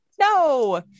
No